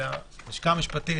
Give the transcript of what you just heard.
וללשכה המשפטית,